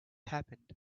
happened